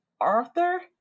Arthur